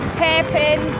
hairpin